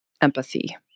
empathy